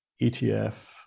ETF